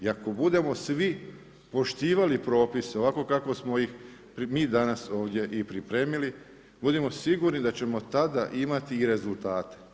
I ako budemo svi poštivali propise, ovako kako smo ih mi danas ovdje i pripremili, budimo sigurni da ćemo tada imati i rezultate.